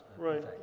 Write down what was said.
Right